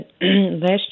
last